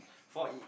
for it